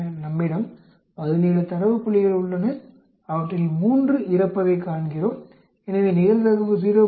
நம்மிடம் 17 தரவு புள்ளிகள் உள்ளன அவற்றில் 3 இறப்பதைக் காண்கிறோம் எனவே நிகழ்தகவு 0